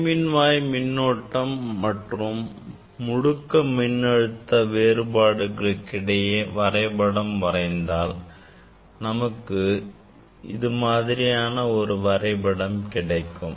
நேர் மின்வாய் மின்னோட்டம் மற்றும் முடுக்கும் மின்னழுத்த வேறுபாடுக்கு இடையே வரைபடம் வரைந்தால் நமக்கு இது மாதிரியான ஒரு வரைபடம் கிடைக்கும்